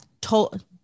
told